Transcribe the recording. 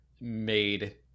made